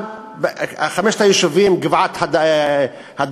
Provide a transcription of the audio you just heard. אחד מחמשת היישובים גבעת-הדרים,